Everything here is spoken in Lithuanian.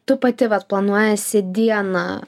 tu pati vat planuojiesi dieną